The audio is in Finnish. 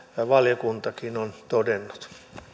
valiokuntakin on todennut